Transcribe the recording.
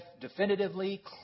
definitively